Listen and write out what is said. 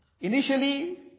Initially